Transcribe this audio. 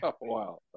Wow